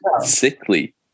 sickly